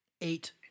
Eight